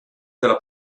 della